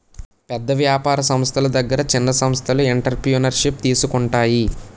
పెద్ద వ్యాపార సంస్థల దగ్గర చిన్న సంస్థలు ఎంటర్ప్రెన్యూర్షిప్ తీసుకుంటాయి